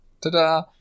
Ta-da